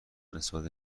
استفاده